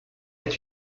est